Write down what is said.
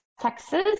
Texas